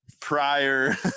prior